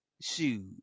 Shoot